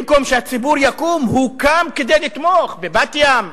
במקום שהציבור יקום, הוא קם כדי לתמוך, בבת-ים,